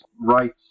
rights